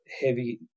heavy